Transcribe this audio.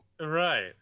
Right